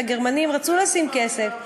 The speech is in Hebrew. והגרמנים רצו לשים כסף.